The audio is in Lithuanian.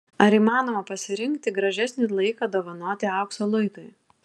ar įmanoma pasirinkti gražesnį laiką dovanoti aukso luitui